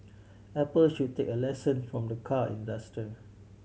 apple should take a lesson from the car industry